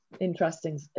interesting